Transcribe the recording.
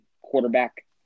quarterback